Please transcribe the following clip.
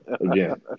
Again